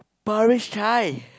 Parish-Chai